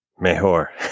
Mejor